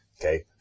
Okay